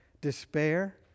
despair